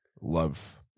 love